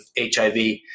HIV